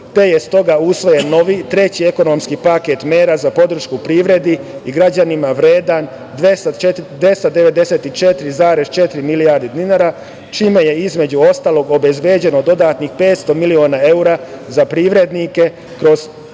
te je stoga usvojen novi treći ekonomski paket mera za podršku privredi i građanima, vredan 294,4 milijardi dinara, čime je između ostalog obezbeđeno dodatnih 500 miliona evra za privrednike kroz